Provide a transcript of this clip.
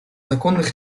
законных